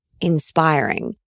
inspiring